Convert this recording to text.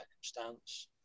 circumstance